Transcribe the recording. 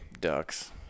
Ducks